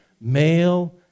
male